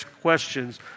questions